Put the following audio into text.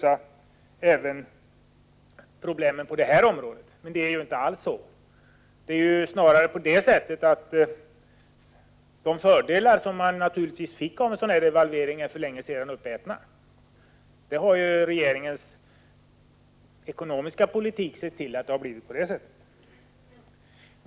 Men den har ju inte löst problemen på detta område. De fördelar som trädgårdsnäringen fick genom devalveringen är för länge sedan uppätna, och det är regeringens ekonomiska politik som har lett till att det blivit på det sättet.